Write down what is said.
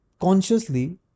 consciously